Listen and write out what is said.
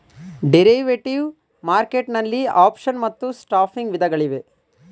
derivative market ನಲ್ಲಿ option ಮತ್ತು swapping ವಿಧಗಳಿವೆ